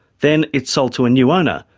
then it's sold to a new owner,